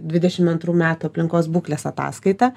dvidešim antrų metų aplinkos būklės ataskaitą